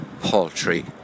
paltry